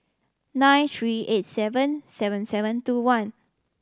nine three eight seven seven seven two one